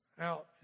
out